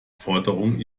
forderungen